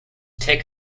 take